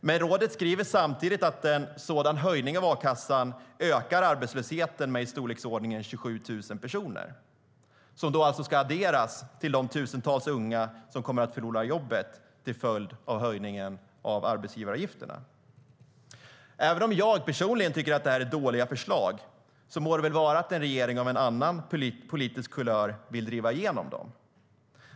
Men rådet skriver samtidigt att en sådan höjning av a-kassan ökar arbetslösheten med uppemot 27 000 personer. De ska då adderas till de tusentals unga som kommer att förlora jobbet till följd av höjningen av arbetsgivaravgifterna. Även om jag personligen tycker att det här är dåliga förslag må det väl vara att en regering av en annan politisk kulör vill driva igenom dem.